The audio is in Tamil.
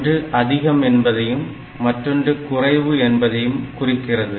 ஒன்று அதிகம் என்பதையும் மற்றொன்று குறைவு என்பதையும் குறிக்கிறது